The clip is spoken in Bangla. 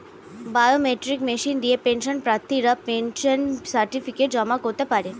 বায়োমেট্রিক মেশিন দিয়ে পেনশন প্রার্থীরা পেনশন সার্টিফিকেট জমা করতে পারে